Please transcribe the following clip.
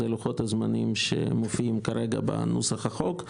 אלה לוחות הזמנים שמופיעים כרגע בנוסח החוק.